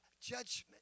judgment